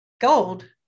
gold